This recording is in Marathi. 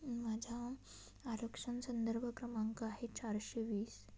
माझा आरक्षण संदर्भ क्रमांक आहे चारशे वीस